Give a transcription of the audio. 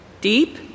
deep